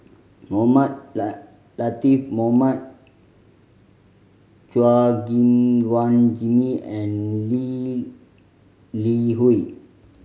Mohamed Latiff Mohamed Chua Gim Guan Jimmy and Lee Li Hui